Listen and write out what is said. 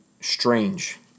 strange